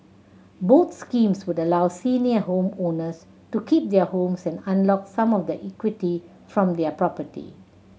both schemes would allow senior homeowners to keep their homes and unlock some of the equity from their property